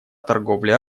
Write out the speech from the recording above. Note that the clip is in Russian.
торговле